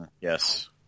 Yes